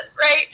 right